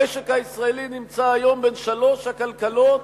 המשק הישראלי נמצא היום בין שלוש הכלכלות